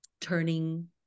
turning